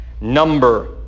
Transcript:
number